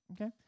okay